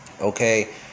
okay